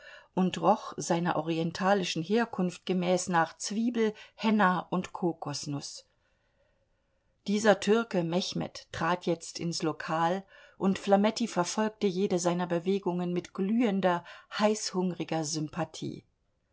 und roch seiner orientalischen herkunft gemäß nach zwiebel henna und kokosnuß dieser türke mechmed trat jetzt ins lokal und flametti verfolgte jede seiner bewegungen mit glühender heißhungriger sympathie